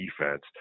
defense